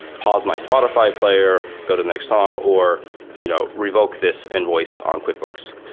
pause my spotify player, go to the next song or you know revoke this invoice on quickbooks.